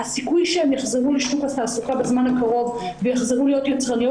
הסיכוי שהן יחזרו לשוק התעסוקה בזמן הקרוב ויחזרו להיות יצרניות,